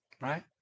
Right